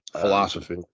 philosophy